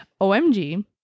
OMG